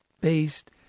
based